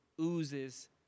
oozes